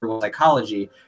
psychology